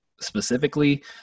Specifically